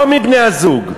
לא מבני-הזוג,